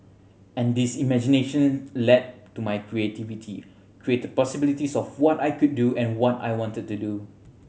and this imagination led to my creativity created possibilities of what I could do and what I wanted to do